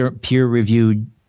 peer-reviewed